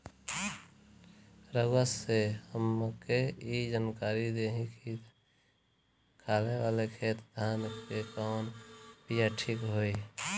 रउआ से हमके ई जानकारी देई की खाले वाले खेत धान के कवन बीया ठीक होई?